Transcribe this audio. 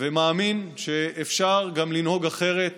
ומאמין שאפשר גם לנהוג אחרת